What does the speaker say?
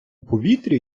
повітрі